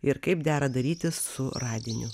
ir kaip dera daryti su radiniu